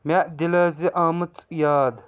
مےٚ دِلٲیزِ اَمٕژ یاد